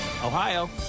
Ohio